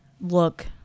look